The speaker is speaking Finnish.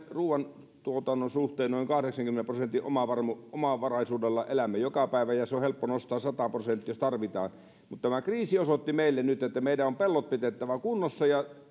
ruoantuotannon suhteen noin kahdeksankymmenen prosentin omavaraisuudella omavaraisuudella joka päivä ja se on helppo nostaa sataan prosenttiin jos tarvitaan mutta tämä kriisi osoitti meille nyt että meidän on pellot pidettävä kunnossa ja